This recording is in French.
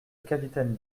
capitaine